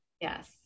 Yes